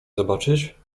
zobaczyć